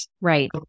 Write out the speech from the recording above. right